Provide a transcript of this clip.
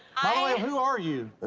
way, who are you?